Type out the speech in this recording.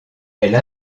elle